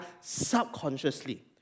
subconsciously